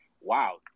wow